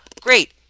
great